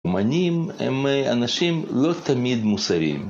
אמנים הם אנשים לא תמיד מוסריים.